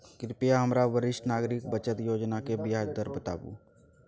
कृपया हमरा वरिष्ठ नागरिक बचत योजना के ब्याज दर बताबू